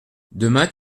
demain